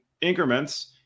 increments